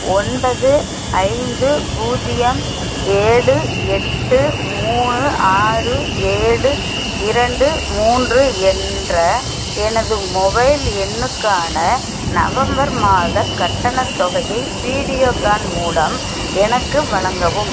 ஒன்பது ஐந்து பூஜ்ஜியம் ஏழு எட்டு மூணு ஆறு ஏழு இரண்டு மூன்று என்ற எனது மொபைல் எண்ணுக்கான நவம்பர் மாதக் கட்டணத் தொகையை வீடியோகான் மூலம் எனக்கு வழங்கவும்